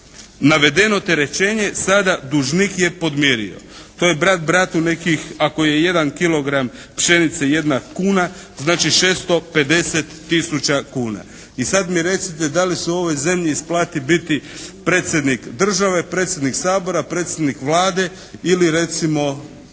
Navedeno terećenje sada dužnik je podmirio. To je brat bratu nekih ako je 1 kilogram pšenice 1 kuna znači 650 tisuća kuna. I sad mi recite da li se u ovoj zemlji isplati biti predsjednik države, predsjednik Sabora, predsjednik Vlade ili recimo